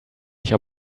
nicht